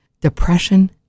depression